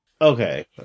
Okay